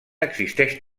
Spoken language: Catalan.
existeix